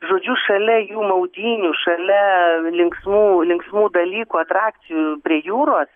žodžiu šalia jų maudynių šalia linksmų linksmų velykų atrakcijų prie jūros